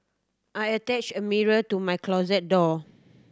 I attached a mirror to my closet door